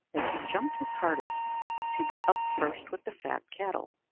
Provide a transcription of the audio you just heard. as he jumped his hardest to be up first with the fat cattle.